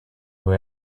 who